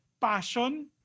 passion